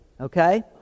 Okay